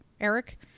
Eric